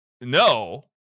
no